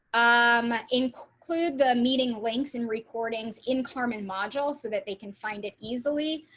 i'm include the meeting links and recordings in klarman module, so that they can find it easily.